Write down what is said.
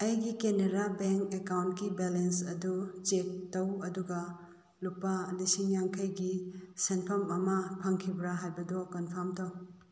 ꯑꯩꯒꯤ ꯀꯦꯅꯔꯥ ꯕꯦꯡ ꯑꯦꯀꯥꯎꯟꯒꯤ ꯕꯦꯂꯦꯟꯁ ꯑꯗꯨ ꯆꯦꯛ ꯇꯧ ꯑꯗꯨꯒ ꯂꯨꯄꯥ ꯂꯤꯁꯤꯡ ꯌꯥꯡꯈꯩꯒꯤ ꯁꯦꯟꯐꯝ ꯑꯃ ꯐꯪꯈꯤꯕ꯭ꯔꯥ ꯍꯥꯏꯕꯗꯨ ꯀꯟꯐꯥꯝ ꯇꯧ